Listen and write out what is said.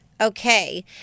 okay